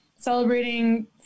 celebrating